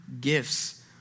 gifts